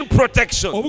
protection